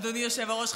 אדוני היושב-ראש,